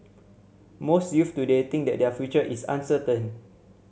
most youths today think that their future is uncertain